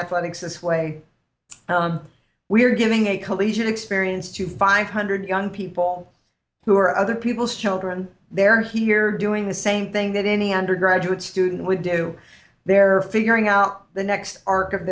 athletics this way we're giving a collegiate experience to five hundred young people who are other people's children they're here doing the same thing that any undergraduate student would do they're figuring out the next arc of